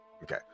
Okay